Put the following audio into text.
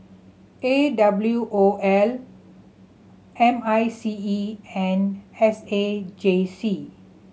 A W O L M I C E and S A J C